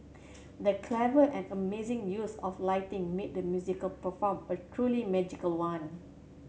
the clever and amazing use of lighting made the musical performance a truly magical one